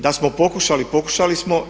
Da smo pokušali, pokušali smo.